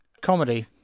Comedy